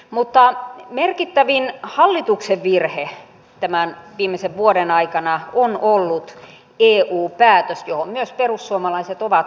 mutta merkittävin hallituksen virhe tämän viimeisen vuoden aikana on ollut eu päätös johon myös perussuomalaiset ovat osallisena